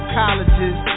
colleges